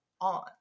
on